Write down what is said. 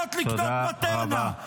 מסוגלות לקנות מטרנה.